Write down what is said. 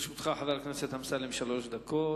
לרשותך, חבר הכנסת אמסלם, שלוש דקות.